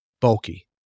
bulky